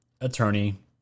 attorney